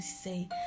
say